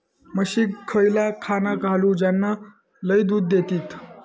म्हशीक खयला खाणा घालू ज्याना लय दूध देतीत?